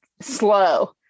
slow